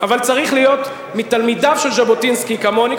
אבל צריך להיות מתלמידיו של ז'בוטינסקי כמוני,